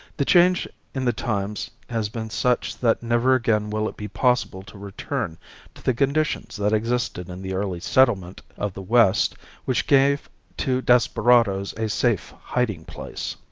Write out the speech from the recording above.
the change in the times has been such that never again will it be possible to return to the conditions that existed in the early settlement of the west which gave to desperadoes a safe hiding place.